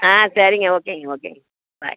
ஆ சரிங்க ஓகேங்க ஓகேங்க பாய்